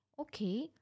Okay